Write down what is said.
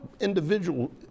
individual